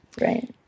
right